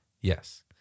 Yes